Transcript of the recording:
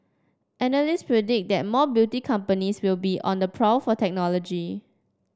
analysts predict that more beauty companies will be on the prowl for technology